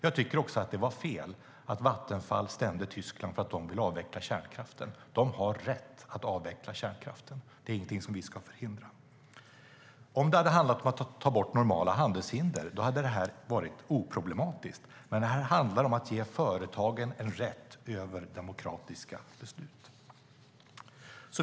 Jag tycker att det var fel att Vattenfall stämde Tyskland för att de vill avveckla kärnkraften. De har rätt att avveckla kärnkraften. Det är ingenting som vi ska förhindra. Om det hade handlat om att ta bort normala handelshinder hade det här varit oproblematiskt. Men det handlar om att ge företagen en rätt över demokratiska beslut.